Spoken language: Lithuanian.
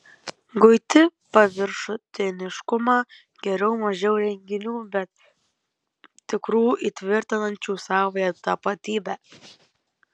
guiti paviršutiniškumą geriau mažiau renginių bet tikrų įtvirtinančių savąją tapatybę